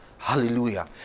Hallelujah